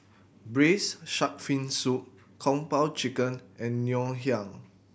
Braised Shark Fin Soup Kung Po Chicken and Ngoh Hiang